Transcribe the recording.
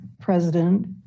president